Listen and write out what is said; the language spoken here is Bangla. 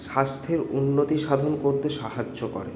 স্বাস্থ্যের উন্নতি সাধন করতে সাহায্য করে